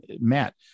Matt